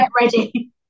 ready